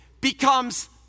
becomes